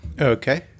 Okay